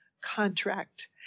contract